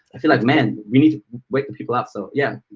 i feel like, man, we need to wake and people up. so yeah,